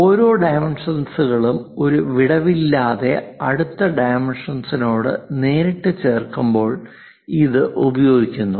ഓരോ ഡൈമെൻഷൻകളും ഒരു വിടവില്ലാതെ അടുത്ത ഡൈമെൻഷനോട് നേരിട്ട് ചേർക്കുമ്പോൾ ഇത് ഉപയോഗിക്കുന്നു